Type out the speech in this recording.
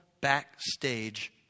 backstage